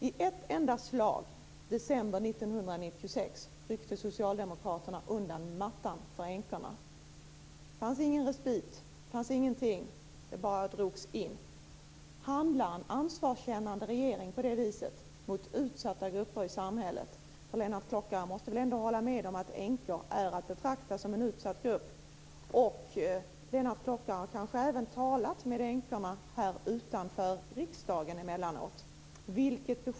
I ett enda slag, i december 1996, ryckte Socialdemokraterna undan mattan för änkorna. Det fanns ingen respit. Den bara drogs in. Handlar en ansvarskännande regering på det viset mot utsatta grupper i samhället, för Lennart Klockare måste väl ändå hålla med om att änkor är att betrakta som en utsatt grupp? Lennart Klockare kanske även talar med änkorna här utanför riksdagen emellanåt.